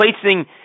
placing